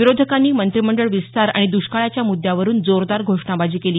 विरोधकांनी मंत्रिमंडळ विस्तार आणि दुष्काळाच्या मुद्यावरून जोरदार घोषणाबाजी केली